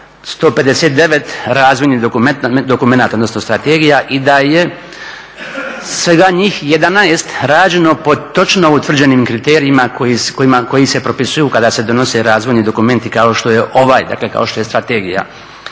159 razvojnih dokumenata, odnosno strategija i da je svega njih 11 rađeno po točno utvrđenim kriterijima koji se propisuju kada se donose razvojni dokumenti kao što je ovaj. Dakle, kao što je strategija.